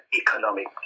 economic